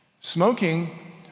Smoking